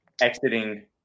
exiting